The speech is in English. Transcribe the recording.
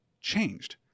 changed